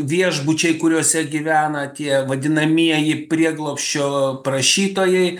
viešbučiai kuriuose gyvena tie vadinamieji prieglobsčio prašytojai